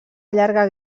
llarga